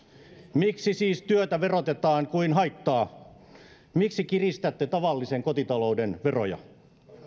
miksi siis työtä verotetaan kuin haittaa miksi kiristätte tavallisen kotitalouden veroja